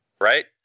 right